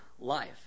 Life